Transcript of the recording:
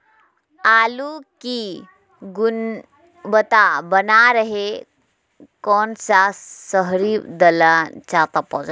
आलू की गुनबता बना रहे रहे कौन सा शहरी दलना चाये?